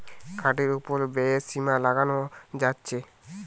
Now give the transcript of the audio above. কার্ডের উপর ব্যয়ের সীমা লাগানো যাচ্ছে